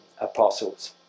apostles